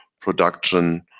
production